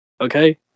Okay